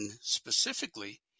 specifically